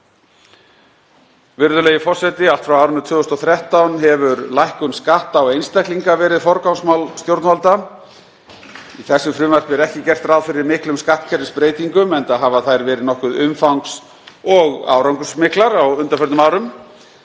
ekki í sessi. Allt frá árinu 2013 hefur lækkun skatta á einstaklinga verið forgangsmál stjórnvalda. Í þessu frumvarpi er ekki gert ráð fyrir miklum skattkerfisbreytingum enda hafa þær verið nokkuð umfangs- og árangursmiklar á undanförnum árum.